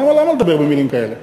למה לדבר במילים כאלה?